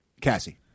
Cassie